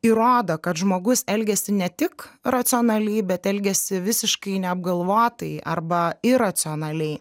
įrodo kad žmogus elgiasi ne tik racionaliai bet elgiasi visiškai neapgalvotai arba iracionaliai